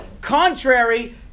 contrary